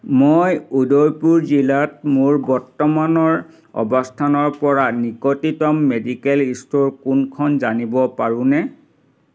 মই উদয়পুৰ জিলাত মোৰ বৰ্তমানৰ অৱস্থানৰ পৰা নিকটতম মেডিকেল ষ্ট'ৰ কোনখন জানিব পাৰোঁনে